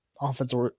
offensive